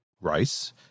rice